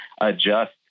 adjust